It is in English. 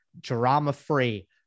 drama-free